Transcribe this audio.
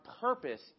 purpose